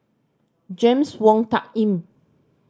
James Wong Tuck Yim